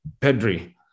Pedri